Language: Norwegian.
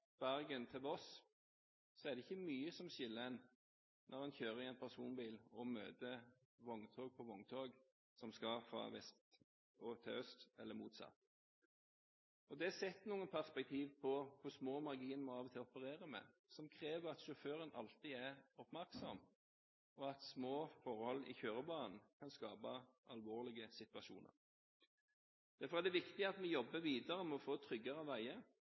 vest til øst eller motsatt. Det setter noen perspektiver på hvor små marginer vi av og til opererer med, og som krever at sjåføren alltid er oppmerksom, og at små forhold i kjørebanen kan skape alvorlige situasjoner. Derfor er det viktig at vi jobber videre med å få tryggere veier.